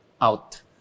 out